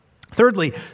Thirdly